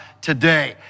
today